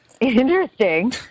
interesting